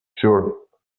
sure